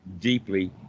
deeply